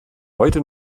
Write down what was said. heute